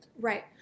Right